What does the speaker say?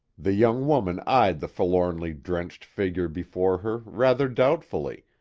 the young woman eyed the forlornly drenched figure before her rather doubtfully,